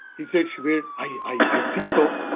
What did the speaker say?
he said, subir, i think so.